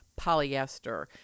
polyester